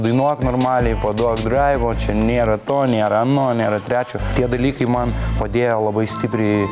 dainuok normaliai paduok draivo čia nėra to nėra ano nėra trečio tie dalykai man padėjo labai stipriai